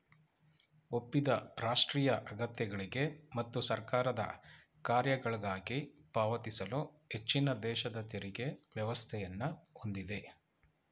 ಒಪ್ಪಿದ ರಾಷ್ಟ್ರೀಯ ಅಗತ್ಯಗಳ್ಗೆ ಮತ್ತು ಸರ್ಕಾರದ ಕಾರ್ಯಗಳ್ಗಾಗಿ ಪಾವತಿಸಲು ಹೆಚ್ಚಿನದೇಶದ ತೆರಿಗೆ ವ್ಯವಸ್ಥೆಯನ್ನ ಹೊಂದಿದೆ